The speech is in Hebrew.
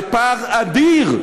בפער אדיר,